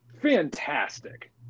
fantastic